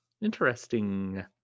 Interesting